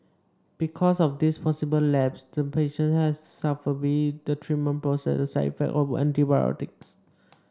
because of this possible lapse the patient has to suffer be it the treatment process the side effects of antibiotics